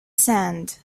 sand